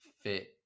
fit